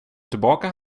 tillbaka